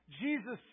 Jesus